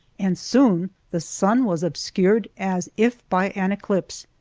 and soon the sun was obscured as if by an eclipse.